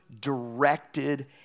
directed